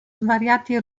svariati